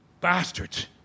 Bastards